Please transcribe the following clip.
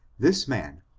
this man,